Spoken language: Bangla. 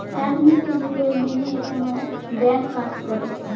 এক নীতি গুলো মেনে কোনো ব্যাঙ্ক কাজ করে